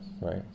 right